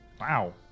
Wow